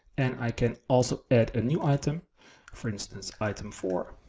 and i can also add a new item for instance, item four.